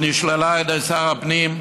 שנשללה על ידי שר הפנים,